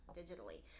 digitally